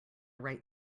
right